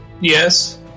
yes